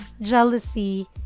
jealousy